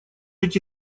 эти